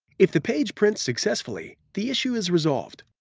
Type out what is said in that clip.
if the page prints successfully, the issue is resolved.